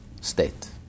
state